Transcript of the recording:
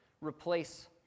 replace